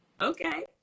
Okay